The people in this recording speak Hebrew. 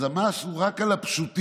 אז המס הוא רק על הפשוטים,